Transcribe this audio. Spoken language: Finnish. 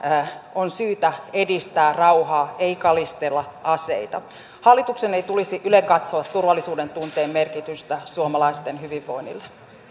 on syytä edistää rauhaa ei kalistella aseita hallituksen ei tulisi ylenkatsoa turvallisuudentunteen merkitystä suomalaisten hyvinvoinnille